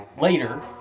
Later